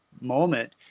moment